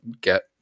get